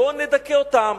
בואו נדכא אותם